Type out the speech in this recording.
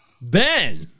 Ben